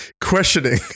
questioning